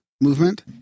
movement